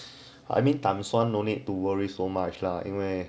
I mean times one no need to worry so much lah 因为